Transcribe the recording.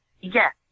Yes